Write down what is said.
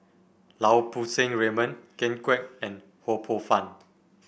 Lau Poo Seng Raymond Ken Kwek and Ho Poh Fun